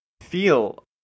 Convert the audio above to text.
feel